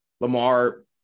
Lamar